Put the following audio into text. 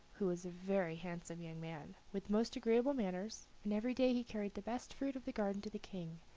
who was a very handsome young man, with most agreeable manners, and every day he carried the best fruit of the garden to the king,